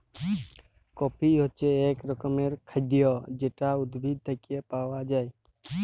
coffee হছে ইক রকমের খাইদ্য যেট উদ্ভিদ থ্যাইকে পাউয়া যায়